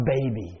baby